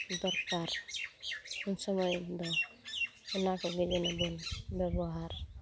ᱫᱚᱨᱠᱟᱨ ᱩᱱᱥᱚᱢᱚᱭ ᱫᱚ ᱚᱱᱟᱠᱚ ᱜᱮᱵᱚᱱ ᱵᱮᱵᱚᱦᱟᱨᱟ